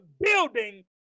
building